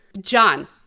John